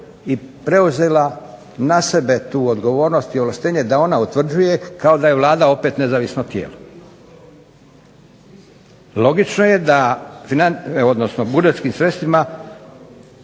i preuzela na sebe tu odgovornost i ovlaštenje da ona utvrđuje kao da je Vlada opet nezavisno tijelo. Logično je da o budžetskim sredstvima